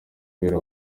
kubera